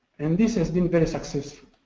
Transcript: and this has been very successful.